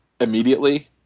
immediately